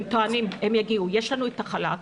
הם טוענים: יש לנו את החל"ת,